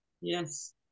yes